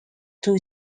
two